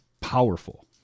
powerful